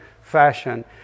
fashion